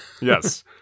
Yes